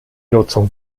nutzung